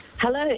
Hello